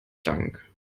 dank